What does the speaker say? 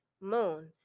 Moon